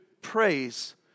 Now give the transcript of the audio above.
praise